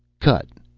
cut.